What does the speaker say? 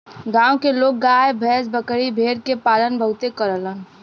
गांव के लोग गाय भैस, बकरी भेड़ के पालन बहुते करलन